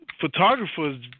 photographers